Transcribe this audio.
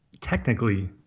technically